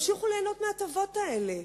הם ימשיכו ליהנות מההטבות האלה,